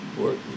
work